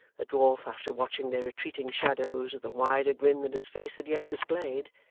the dwarf after watching their retreating shadows with a wider grin than his face had yet displayed,